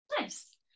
Nice